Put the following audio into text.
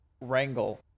wrangle